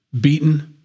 beaten